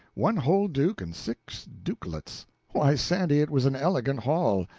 one whole duke and six dukelets why, sandy, it was an elegant haul.